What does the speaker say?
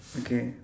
okay